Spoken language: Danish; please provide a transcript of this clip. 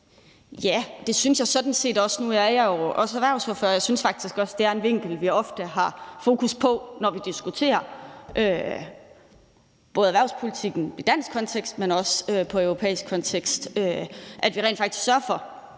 Ja, det synes jeg sådan set også. Nu er jeg også erhvervsordfører, og jeg synes faktisk også, at det er en vinkel, vi ofte har fokus på, når vi diskuterer erhvervspolitikken i dansk kontekst, men også i europæisk kontekst, nemlig at vi rent faktisk sørger for